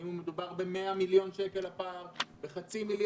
האם מדובר בפער של 100 מיליון שקל או בחצי מיליארד,